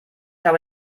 habe